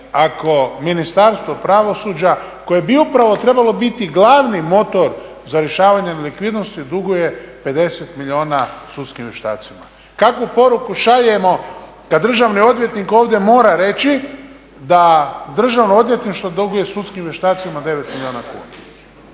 ako Ministarstvo pravosuđa koje bi upravo trebalo biti glavni motor za rješavanje nelikvidnosti duguje 50 milijuna sudskim vještacima? Kakvu poruku šaljemo kad državni odvjetnik ovdje mora reći da državno odvjetništvo duguje sudskim vještacima 9 milijuna kuna?